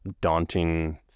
daunting